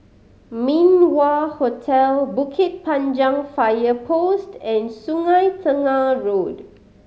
Min Wah Hotel Bukit Panjang Fire Post and Sungei Tengah Road